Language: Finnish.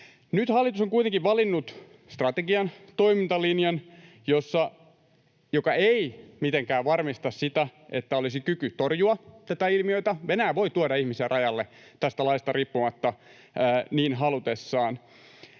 Nyt hallitus on kuitenkin valinnut strategian, toimintalinjan, joka ei mitenkään varmista sitä, että olisi kyky torjua tätä ilmiötä. Venäjä voi tuoda ihmisiä rajalle tästä laista riippumatta niin halutessaan.